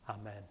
Amen